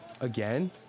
again